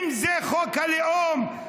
אם זה חוק הלאום,